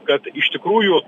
kad iš tikrųjų